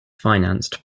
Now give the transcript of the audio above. financed